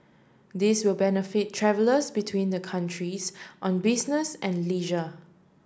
this will benefit travellers between the countries on business and leisure